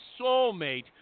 soulmate